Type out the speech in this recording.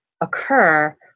occur